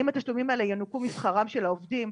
האם התשלומים האלה ינוכו משכרם של העובדים,